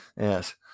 Yes